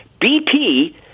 BP